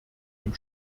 dem